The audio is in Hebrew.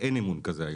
ואין אמון כזה היום.